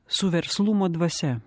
su verslumo dvasia